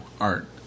Art